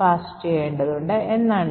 pass ചെയ്യേണ്ടതുണ്ട് എന്നാണ്